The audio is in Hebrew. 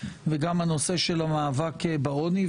וגם הנושא של המאבק בעוני,